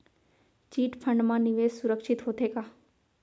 Chit fund मा निवेश सुरक्षित होथे का?